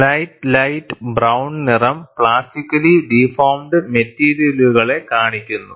slight light brown നിറം plastically deformed മെറ്റീരിയലുകളെ കാണിക്കുന്നു